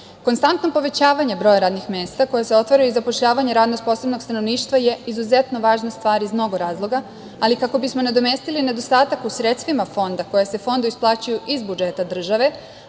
radi. Konstantno povećavanje broja radnih mesta koje se otvaraje i zapošljavanje radno sposobnog stanovništva je izuzetno važna stvar iz mnogo razloga, ali kako bismo nadomestili nedostatak u sredstvima Fonda koja se Fondu isplaćuju iz budžeta države,